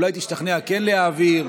אולי תשתכנע כן להעביר.